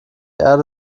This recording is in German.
erde